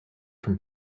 from